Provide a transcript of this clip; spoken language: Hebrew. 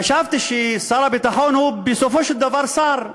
חשבתי ששר הביטחון הוא בסופו של דבר שר,